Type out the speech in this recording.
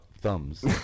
thumbs